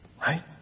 Right